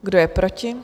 Kdo je proti?